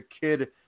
kid